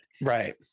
Right